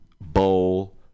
bowl